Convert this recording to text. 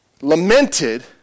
lamented